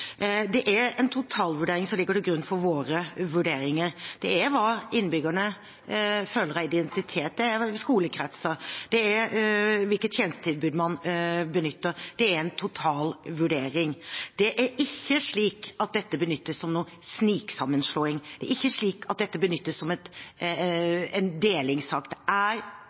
Det er en totalvurdering som ligger til grunn for våre vurderinger. Det er hva innbyggerne føler av identitet, det er skolekretser, det er hvilke tjenestetilbud man benytter – det er en totalvurdering. Det er ikke slik at dette benyttes som noen sniksammenslåing. Det er ikke slik at dette benyttes som en